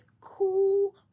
cool